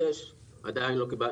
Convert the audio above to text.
וחודש הגשנו סרט,